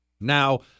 Now